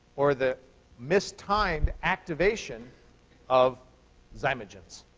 or the mistimed activation of zymogens.